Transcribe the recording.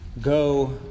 go